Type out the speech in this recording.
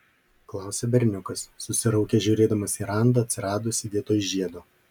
klausia berniukas susiraukęs žiūrėdamas į randą atsiradusį vietoj žiedo